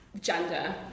gender